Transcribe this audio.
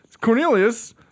Cornelius